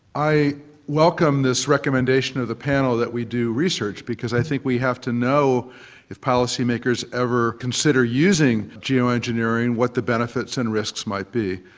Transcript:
i welcome this recommendation of the panel that we do research because i think we have to know if policymakers ever consider using geo-engineering what the benefits and risks might be.